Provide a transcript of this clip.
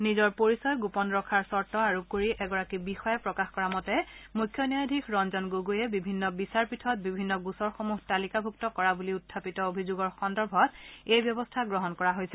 নিজৰ পৰিচয় গোপন ৰখাৰ চৰ্ত আৰোপ কৰি এগৰাকী বিষয়াই প্ৰকাশ কৰা মতে মুখ্য ন্যায়াধীশ ৰঞ্জন গগৈয়ে বিভিন্ন বিচাৰপীঠত বিভিন্ন গোচৰসমূহ তালিকাভুক্ত কৰা বুলি উখাপিত অভিযোগৰ সন্দৰ্ভত এই ব্যৱস্থা গ্ৰহণ কৰিছে